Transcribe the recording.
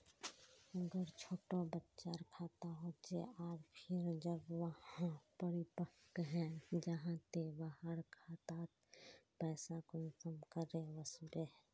अगर छोटो बच्चार खाता होचे आर फिर जब वहाँ परिपक है जहा ते वहार खातात पैसा कुंसम करे वस्बे?